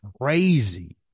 crazy